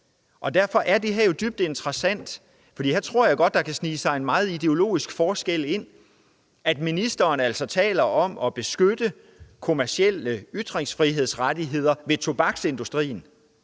Og derfor er det her jo dybt interessant. For her tror jeg godt der kan snige sig en meget ideologisk forskel ind: at ministeren altså taler om at beskytte tobaksindustriens kommercielle ytringsfrihed